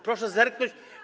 Proszę zerknąć.